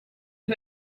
who